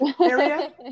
area